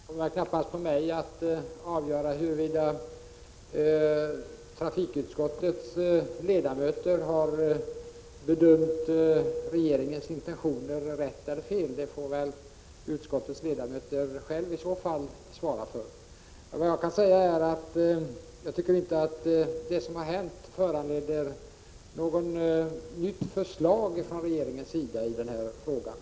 Herr talman! Det ankommer knappast på mig att avgöra huruvida trafikutskottets ledamöter har bedömt regeringens intentioner rätt eller fel. Det får väl utskottets ledamöter själva svara för. Vad jag kan säga är att jag inte tycker att det som har skett föranleder något nytt förslag från regeringen i den här frågan.